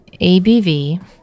ABV